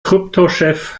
kryptochef